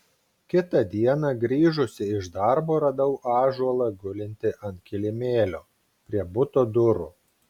kitą dieną grįžusi iš darbo radau ąžuolą gulintį ant kilimėlio prie buto durų